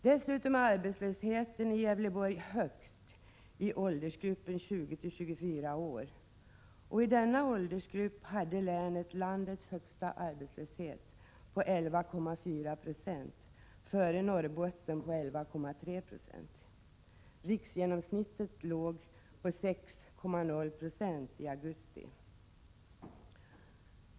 Dessutom är arbetslösheten i Gävleborg högst i åldersgruppen 20-24 år — och i denna åldersgrupp hade länet landets högsta arbetslöshet på 11,4 26, före Norrbotten på 11,3 26. Riksgenomsnittet låg på 6,0 7 i augusti.